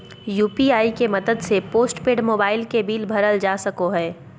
UPI के मदद से पोस्टपेड मोबाइल के बिल भरल जा सको हय